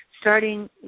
starting